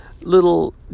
little